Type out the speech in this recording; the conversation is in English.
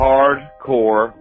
Hardcore